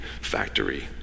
factory